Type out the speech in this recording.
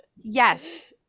yes